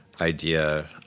idea